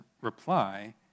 reply